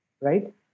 right